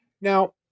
Now